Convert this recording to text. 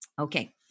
Okay